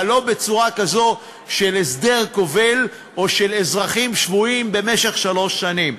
אבל לא בצורה כזו של הסדר כובל או של אזרחים שבויים במשך שלוש שנים.